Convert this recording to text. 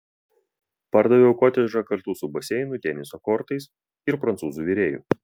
pardaviau kotedžą kartu su baseinu teniso kortais ir prancūzų virėju